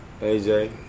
AJ